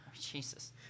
jesus